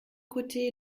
côté